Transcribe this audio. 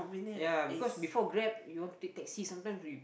ya because before Grab you want to take taxi sometimes we